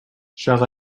shall